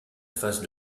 phase